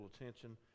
attention